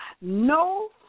no